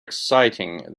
exciting